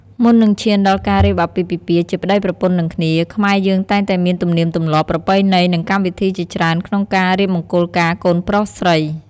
មុននឹងឈានដល់ការរៀបអាពាហ៍ពិពាហ៍ជាប្តីប្រពន្ធនឹងគ្នា ខ្មែរយើងតែងតែមានទំនៀមទំលាប់ ប្រពៃណី និងកម្មវិធីជាច្រើនក្នុងការរៀបមង្គលការកូនប្រុសស្រី។